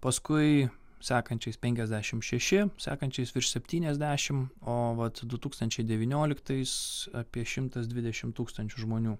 paskui sekančiais penkiasdešimt šeši sekančiais virš septyniasdešimt o vat du tūkstančiai devynioliktais apie šimtas dvidešimt tūkstančių žmonių